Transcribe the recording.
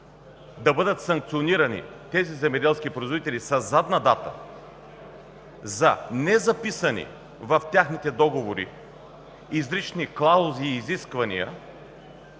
да бъдат санкционирани тези земеделски производители със задна дата за незаписани в техните договори изрични клаузи и изисквания,